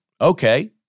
okay